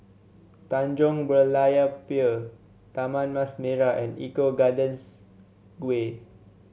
Tanjong Berlayer Pier Taman Mas Merah and Eco Gardens Way